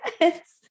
yes